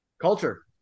Culture